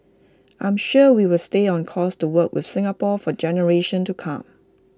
I'm sure we will stay on course to work with Singapore for generations to come